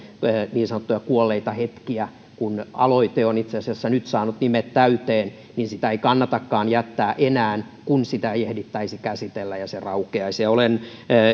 niin sanottuja kuolleita hetkiä että kun aloite on itse asiassa saanut nimet täyteen niin sitä ei kannatakaan jättää enää kun sitä ei ehdittäisi käsitellä ja se raukeaisi olen